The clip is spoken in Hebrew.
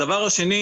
שנית,